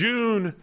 June